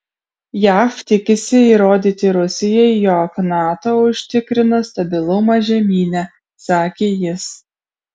jav tikisi įrodyti rusijai jog nato užtikrina stabilumą žemyne sakė jis